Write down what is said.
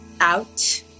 out